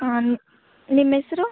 ಹಾಂ ನಿಮ್ಮೆಸರು